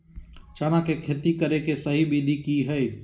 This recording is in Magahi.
चना के खेती करे के सही विधि की हय?